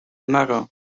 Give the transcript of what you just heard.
mirror